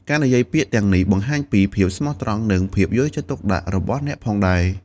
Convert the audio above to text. ការនិយាយពាក្យទាំងនេះបង្ហាញពី ភាពស្មោះត្រង់ និងភាពយកចិត្តទុកដាក់របស់អ្នកផងដែរ។